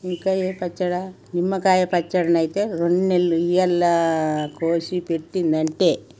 ఇంకా ఏ పచ్చడి నిమ్మకాయ పచ్చడిని అయితే రెండు నెల్లు ఇవాళ కోసి పెట్టిందంటే